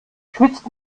schwitzt